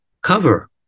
cover